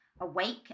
awake